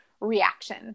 reaction